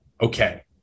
okay